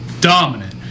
dominant